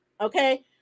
Okay